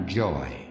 joy